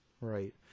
Right